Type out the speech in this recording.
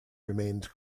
remained